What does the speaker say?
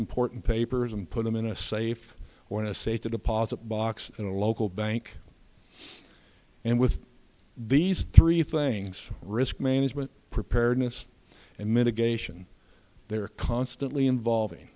important papers and put them in a safe when a safe deposit box in a local bank and with these three things risk management preparedness and mitigation they are constantly involving